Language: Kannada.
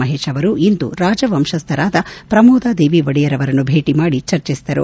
ಮಹೇಶ್ ಅವರು ಇಂದು ರಾಜವಂಶಸ್ಥರಾದ ಪ್ರಮೋದಾದೇವಿ ಒಡೆಯರ್ ಅವರನ್ನು ಭೇಟ ಮಾಡಿ ಚರ್ಚಿಸಿದರು